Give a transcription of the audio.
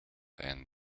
and